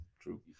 true